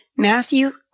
Matthew